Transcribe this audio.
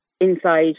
inside